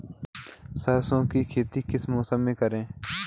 सरसों की खेती किस मौसम में करें?